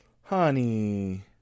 honey